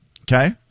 Okay